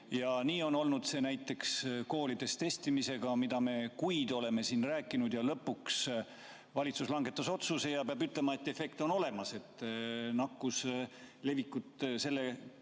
Nii on olnud see näiteks koolides testimisega, millest me kuid oleme siin rääkinud, ja lõpuks valitsus langetas otsuse ja peab ütlema, et efekt on olemas. Selle tulemusena